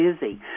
busy